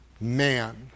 man